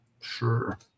Sure